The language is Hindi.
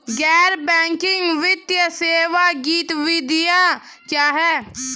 गैर बैंकिंग वित्तीय सेवा गतिविधियाँ क्या हैं?